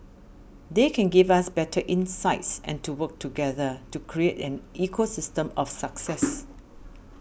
they can give us better insights and to work together to create an ecosystem of success